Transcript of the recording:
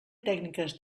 tècniques